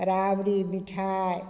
राबड़ी मिठाइ